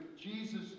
Jesus